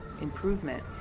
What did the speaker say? improvement